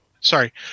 Sorry